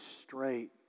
straight